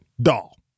doll